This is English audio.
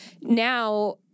now